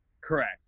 Correct